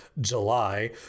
july